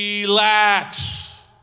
relax